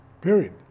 Period